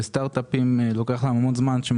וסטארט אפים לוקח להם המון זמן עד שהם